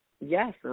Yes